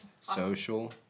social